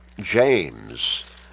James